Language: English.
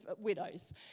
widows